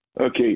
Okay